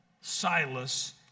Silas